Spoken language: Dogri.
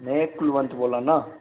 में कुलवंत बोल्ला ना